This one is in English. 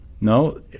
No